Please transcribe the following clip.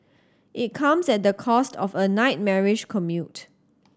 it comes at the cost of a nightmarish commute